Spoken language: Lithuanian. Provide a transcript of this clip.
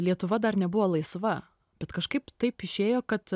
lietuva dar nebuvo laisva bet kažkaip taip išėjo kad